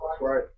right